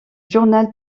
journal